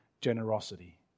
generosity